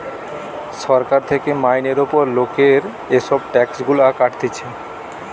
সরকার থেকে মাইনের উপর লোকের এসব ট্যাক্স গুলা কাটতিছে